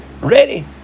ready